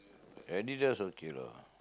Adidas okay lah